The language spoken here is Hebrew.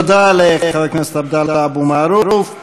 תודה לחבר הכנסת עבדאללה אבו מערוף.